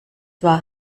war